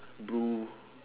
blue